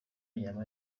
yaba